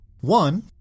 One